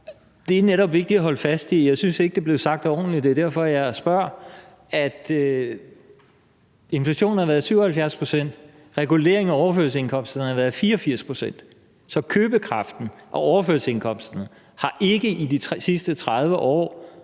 det netop vigtigt at holde fast i. Jeg synes ikke, det blev sagt ordentligt. Det er derfor, jeg spørger. Inflationen har været 77 pct. Regulering af overførselsindkomsterne har været 84 pct. Så købekraften af overførselsindkomsterne er ikke i de sidste 30 år